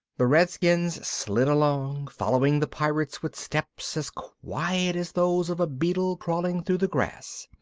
the redskins slid along, following the pirates with steps as quiet as those of a beetle crawling through the grass.